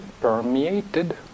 permeated